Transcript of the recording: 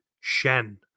Shen